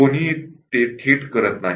कोणीही ते थेट करत नाही